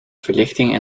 verlichting